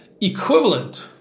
equivalent